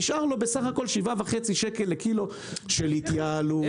נשאר לו בסך הכול 7.5 שקל לקילו של התייעלות,